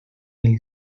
mil